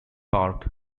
bark